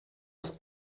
aus